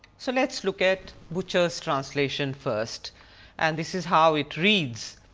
so let us look at butcher's translation first and this is how it reads.